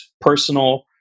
personal